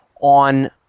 on